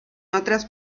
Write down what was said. otras